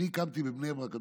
אני הקמתי בבני ברק,